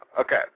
Okay